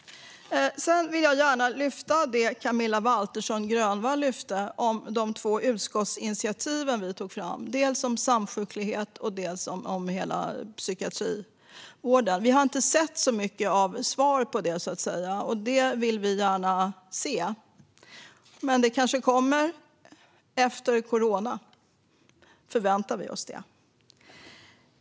Sedan vill jag gärna lyfta fram det som Camilla Waltersson Grönvall lyfte fram om de två utskottsinitiativ som vi har tagit fram om dels samsjuklighet, dels hela psykiatrivården. Vi har inte sett så mycket av svar på dessa, och det vill vi gärna se. Men det kanske kommer efter corona. Det förväntar vi oss.